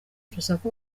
urusaku